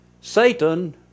Satan